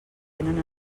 tenen